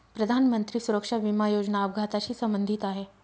प्रधानमंत्री सुरक्षा विमा योजना अपघाताशी संबंधित आहे